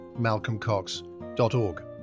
malcolmcox.org